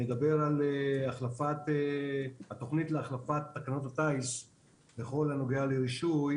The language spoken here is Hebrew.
שנדבר על החלפת התכנית להחלפת תקנות הטיס בכל הנוגע לרישוי